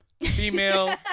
female